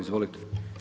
Izvolite.